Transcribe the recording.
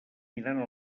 mirant